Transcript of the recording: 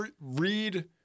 read